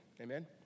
Amen